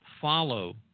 follow